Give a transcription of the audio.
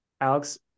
Alex